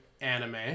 anime